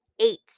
Eight